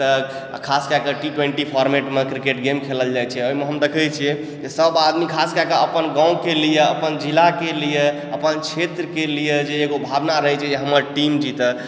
तऽ खास कए कऽ टी ट्वेन्टी फॉर्मेटमे क्रिकेट गेम खेलल जाइत छै ओहिमे हम देखै छियै जे खास कए कऽ अपन गाँवके लिए अपन जिलाके लिए अपन क्षेत्रके लिए जे एगो भावना रहै छै जे हमर टीम जीतै